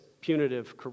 punitive